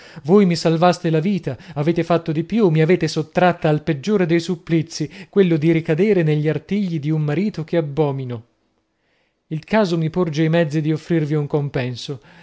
voi mi salvaste la vita avete fatto di più mi avete sottratta al peggiore dei supplizi quello di ricadere negli artigli di un marito che abbomino il caso mi porge i mezzi di offrirvi un compenso